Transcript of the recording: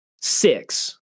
six